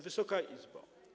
Wysoka Izbo!